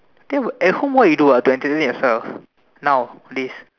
then at home what you do ah to entertain yourself now please